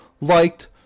liked